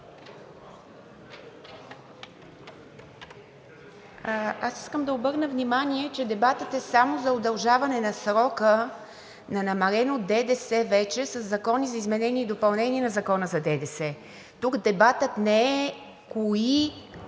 Аз искам да обърна внимание, че дебатът е само за удължаване на срока на намалено ДДС със Закона за изменение и допълнение на Закона за ДДС. Тук дебатът не е кои